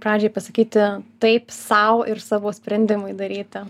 pradžiai pasakyti taip sau ir savo sprendimui daryti